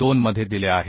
2मध्ये दिले आहेत